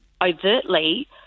overtly